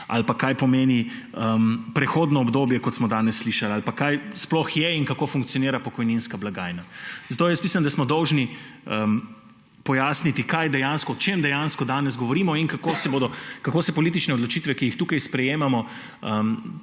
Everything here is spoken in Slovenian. ali pa kaj pomeni prehodno obdobje, kot smo danes slišali. Ali pa kaj sploh je in kako funkcionira pokojninska blagajna. Zato jaz mislim, da smo dolžni pojasniti, o čem dejansko danes govorimo in kako se politične odločitve, ki jih tukaj sprejemamo,